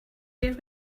where